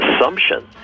assumption